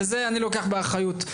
וזה אני לוקח באחריות.